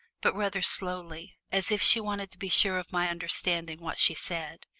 but rather slowly, as if she wanted to be sure of my understanding what she said.